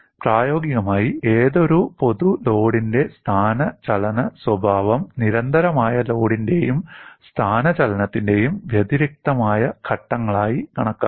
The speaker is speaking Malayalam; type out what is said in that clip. പ്രായോഗികമായി ഏതൊരു പൊതു ലോഡിന്റെ സ്ഥാനചലന സ്വഭാവം നിരന്തരമായ ലോഡിന്റെയും സ്ഥാനചലനത്തിന്റെയും വ്യതിരിക്തമായ ഘട്ടങ്ങളായി കണക്കാക്കാം